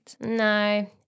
No